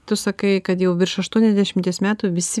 tu sakai kad jau virš aštuoniasdešimties metų visi